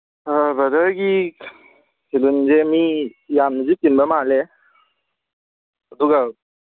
ꯑꯥ ꯕ꯭ꯔꯗꯔꯒꯤ ꯁꯦꯂꯨꯟꯁꯦ ꯃꯤ ꯌꯥꯝꯅꯁꯨ ꯆꯤꯟꯕ ꯃꯥꯜꯂꯦ ꯑꯗꯨꯒ